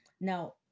Now